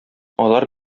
алар